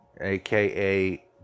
aka